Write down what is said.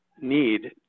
need